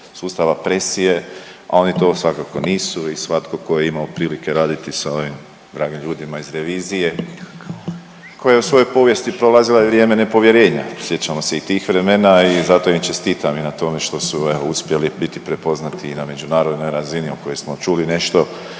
sustava presije, a oni to svakako nisu i svatko tko je imao prilike raditi sa ovim dragim ljudima iz revizije, koja je u svojoj povijesti prolazila i vrijeme nepovjerenja, sjećamo se i tih vremena i zato im čestitam i na tome što su, evo, uspjeli biti prepoznati na međunarodnoj razini o kojoj smo čuli nešto